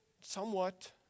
somewhat